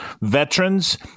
veterans